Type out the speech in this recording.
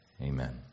Amen